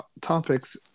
topics